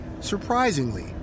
surprisingly